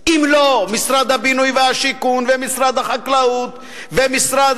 אם לא משרד הבינוי והשיכון ומשרד החקלאות ומשרד